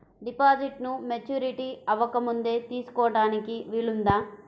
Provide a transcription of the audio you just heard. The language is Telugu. డిపాజిట్ను మెచ్యూరిటీ అవ్వకముందే తీసుకోటానికి వీలుందా?